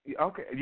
Okay